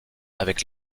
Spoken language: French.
avec